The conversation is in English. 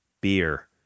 beer